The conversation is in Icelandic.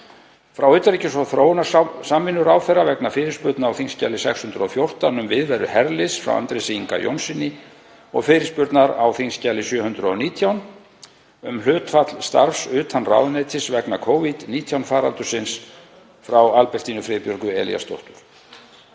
Frá utanríkis- og þróunarsamvinnuráðherra vegna fyrirspurnar á þskj. 614, um viðveru herliðs, frá Andrési Inga Jónssyni; og fyrirspurnar á þskj. 719, um hlutfall starfs utan ráðuneytis vegna Covid-19 faraldursins, frá Albertínu Friðbjörgu Elíasdóttur.